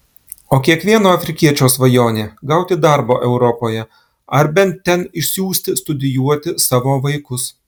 o kiekvieno afrikiečio svajonė gauti darbo europoje ar bent ten išsiųsti studijuoti savo vaikus